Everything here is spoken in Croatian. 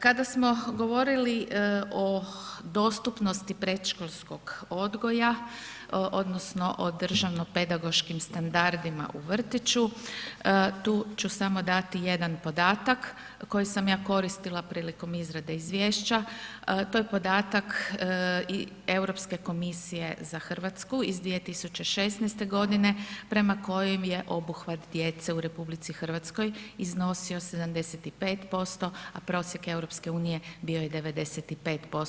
Kada smo govorili o dostupnosti predškolskog odgoja odnosno o državno-pedagoškim standardima u vrtiću, tu ću samo dati jedan podatak koji sam ja koristila prilikom izrade izvješća, to je podatak Europske komisije za Hrvatsku iz 2016. godine prema kojem je obuhvat djece u RH iznosio 75%, a prosjek EU bio je 95%